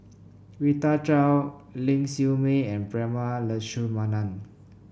Rita Chao Ling Siew May and Prema Letchumanan